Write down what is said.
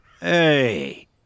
Hey